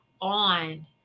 on